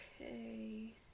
Okay